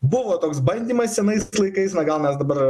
buvo toks bandymas senais laikais na gaunas dabar